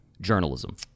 journalism